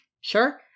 sure